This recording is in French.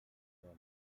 faire